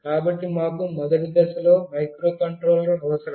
కాబట్టి మాకు మొదటి దశలో మైక్రోకంట్రోలర్ అవసరం